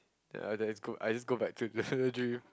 ya then I just go I just go back to another dream